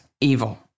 evil